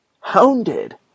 Hounded